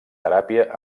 teràpia